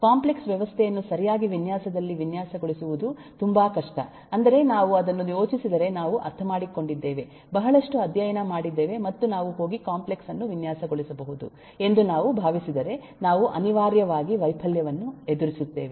complex ವ್ಯವಸ್ಥೆಯನ್ನು ಸರಿಯಾಗಿ ವಿನ್ಯಾಸದಲ್ಲಿ ವಿನ್ಯಾಸಗೊಳಿಸುವುದು ತುಂಬಾ ಕಷ್ಟ ಅಂದರೆ ನಾವು ಅದನ್ನು ಯೋಚಿಸಿದರೆ ನಾವು ಅರ್ಥಮಾಡಿಕೊಂಡಿದ್ದೇವೆ ಬಹಳಷ್ಟು ಅಧ್ಯಯನ ಮಾಡಿದ್ದೇವೆ ಮತ್ತು ನಾವು ಹೋಗಿ ಕಾಂಪ್ಲೆಕ್ಸ್ ಅನ್ನು ವಿನ್ಯಾಸಗೊಳಿಸಬಹುದು ಎಂದು ನಾವು ಭಾವಿಸಿದರೆ ನಾವು ಅನಿವಾರ್ಯವಾಗಿ ವೈಫಲ್ಯವನ್ನು ಎದುರಿಸುತ್ತೇವೆ